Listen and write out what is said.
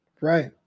Right